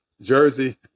jersey